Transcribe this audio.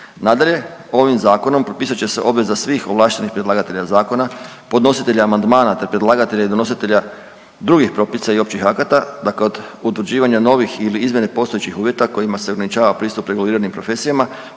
Nadalje, ovim Zakonom propisat će se obveza svih ovlaštenih predlagatelja zakona, podnositelja amandmana te predlagatelja i donositelja drugih propisa i općih akata, dakle od utvrđivanja novih ili izmjene postojećih uvjeta kojima se ograničava pristup reguliranim profesijama